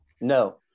no